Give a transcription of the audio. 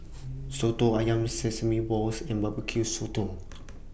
Soto Ayam Sesame Balls and Barbecue Sotong